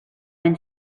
then